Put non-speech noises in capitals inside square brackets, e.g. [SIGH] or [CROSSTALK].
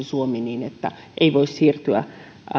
[UNINTELLIGIBLE] suomi niin että ei voi siirtyä